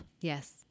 yes